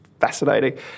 fascinating